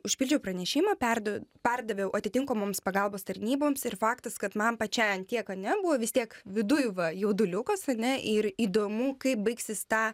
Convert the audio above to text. užpildžiau pranešimą perduo perdaviau atitinkamoms pagalbos tarnyboms ir faktas kad man pačiai ant tiek ane buvo vis tiek viduj va jauduliukas ane ir įdomu kaip baigsis ta